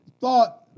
thought